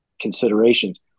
considerations